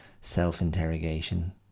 self-interrogation